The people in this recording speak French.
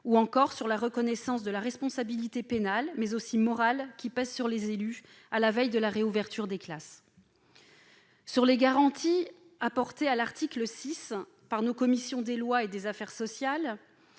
ou encore sur la reconnaissance de la responsabilité pénale, mais aussi morale, qui pèse sur les élus à la veille de la réouverture des classes. Les garanties apportées à l'article 6 par nos commissions des lois et des affaires sociales